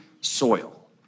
soil